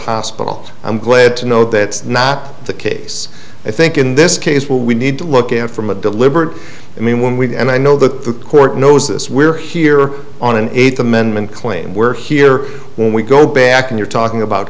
hospital i'm glad to know that not the case i think in this case what we need to look at from a deliberate i mean we and i know that the court knows this we're here on an eighth amendment claim we're here when we go back and you're talking about